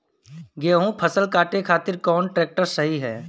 गेहूँक फसल कांटे खातिर कौन ट्रैक्टर सही ह?